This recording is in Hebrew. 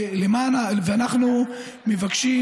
אנחנו מבקשים,